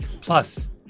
Plus